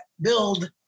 build